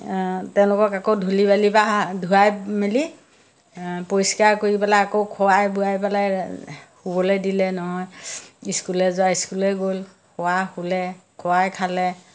তেওঁলোকক আকৌ ধূলি বালি বা ধুৱাই মেলি পৰিষ্কাৰ কৰি পেলাই আকৌ খুৱাই বোৱাই পেলাই শুবলৈ দিলে নহয় স্কুললৈ যোৱা স্কুললৈ গ'ল শোৱা শুলে খুৱাই খালে